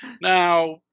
Now